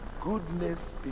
goodness